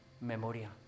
memoria